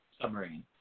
submarine